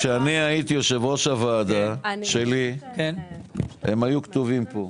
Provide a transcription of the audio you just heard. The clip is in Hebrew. כשאני הייתי יושב-ראש הוועדה שלי הם היו כתובים פה.